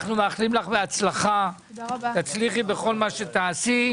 אנחנו מאחלים לך בהצלחה, תצליחי בכל מה שתעשי.